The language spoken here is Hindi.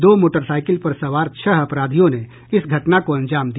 दो मोटरसाइकिल पर सवार छह अपराधियों ने इस घटना को अंजाम दिया